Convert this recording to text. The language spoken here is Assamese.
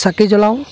চাকি জ্বলাওঁ